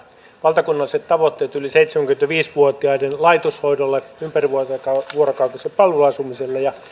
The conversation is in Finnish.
valtakunnalliset tavoitteet yli seitsemänkymmentäviisi vuotiaiden laitoshoidolle ympärivuorokautiselle palveluasumiselle ja